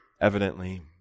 evidently